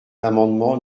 l’amendement